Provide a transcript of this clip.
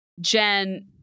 Jen